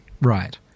Right